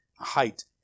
height